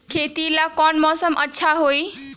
खेती ला कौन मौसम अच्छा होई?